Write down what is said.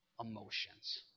emotions